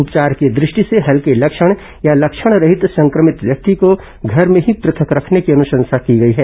उपचार की दृष्टि से हल्के लक्षण या लक्षणरहित संक्रमित व्यक्ति को घर में ही पृथक रखने की अनुशंसा की गई है